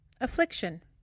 Affliction